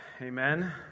Amen